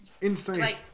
Insane